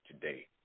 today